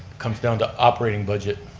comes down to operating budget,